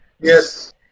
yes